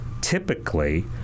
typically